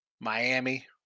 Miami